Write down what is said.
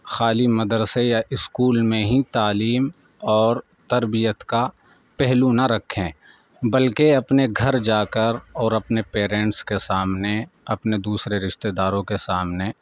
خالی مدرسے یا اسکول میں ہی تعلیم اور تربیت کا پہلو نہ رکھیں بلکہ اپنے گھر جا کر اور اپنے پیرنٹس کے سامنے اپنے دوسرے رشتےداروں کے سامنے